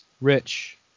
Rich